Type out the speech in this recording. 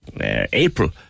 April